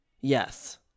Yes